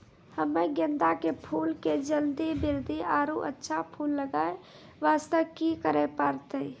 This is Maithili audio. हम्मे गेंदा के फूल के जल्दी बृद्धि आरु अच्छा फूल लगय वास्ते की करे परतै?